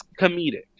comedic